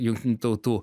jungtinių tautų